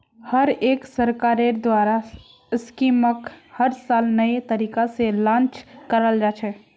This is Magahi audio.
हर एक सरकारेर द्वारा स्कीमक हर साल नये तरीका से लान्च कराल जा छे